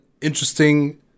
interesting